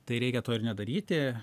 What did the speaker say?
tai reikia to ir nedaryti